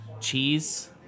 cheese